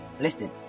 Listen